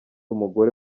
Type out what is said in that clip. umugore